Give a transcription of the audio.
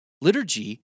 Liturgy